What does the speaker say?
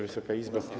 Wysoka Izbo!